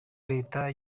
leta